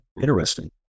Interesting